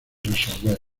resolver